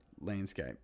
landscape